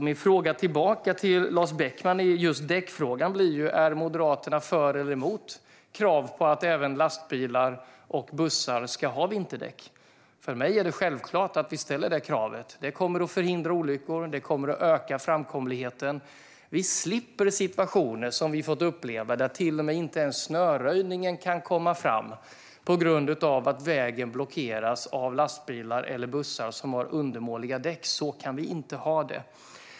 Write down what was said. Min fråga tillbaka till Lars Beckman i just däckfrågan är om Moderaterna är för eller emot krav på att även lastbilar och bussar ska ha vinterdäck. För mig är det självklart att vi ställer kravet. Det kommer att förhindra olyckor, och det kommer att öka framkomligheten. Vi slipper situationer där inte ens snöröjningen kan komma fram på grund av att vägen blockeras av lastbilar eller bussar med undermåliga däck. Så kan vi inte ha det!